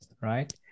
right